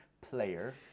Player